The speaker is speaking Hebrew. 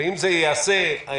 ואם הדברים האלה ייעשו סיטונאי,